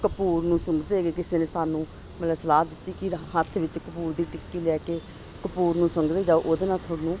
ਕਪੂਰ ਨੂੰ ਸੁੰਘਦੇ ਗਏ ਕਿਸੇ ਨੇ ਸਾਨੂੰ ਮਤਲਬ ਸਲਾਹ ਦਿੱਤੀ ਕਿ ਹੱਥ ਵਿੱਚ ਕਪੂਰ ਦੀ ਟਿੱਕੀ ਲੈ ਕੇ ਕਪੂਰ ਨੂੰ ਸੁੰਘਦੇ ਜਾਓ ਉਹਦੇ ਨਾਲ ਤੁਹਾਨੂੰ